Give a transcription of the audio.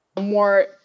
more